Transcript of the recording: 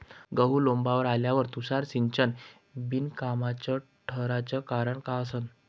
गहू लोम्बावर आल्यावर तुषार सिंचन बिनकामाचं ठराचं कारन का असन?